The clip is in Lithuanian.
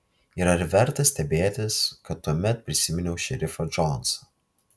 ir ar verta stebėtis kad tuomet prisiminiau šerifą džonsą